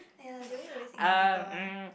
!aiyah! Joey always ignore people one